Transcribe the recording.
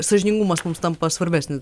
sąžiningumas mums tampa svarbesnis